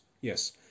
yes